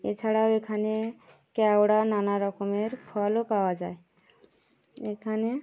এছাড়াও এখানে কেওড়া নানা রকমের ফলও পাওয়া যায় এখানে